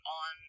on